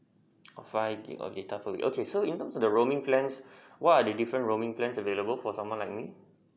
oo five gig a data per week okay so in terms of the roaming plans what other different roaming plans available for someone like me